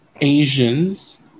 Asians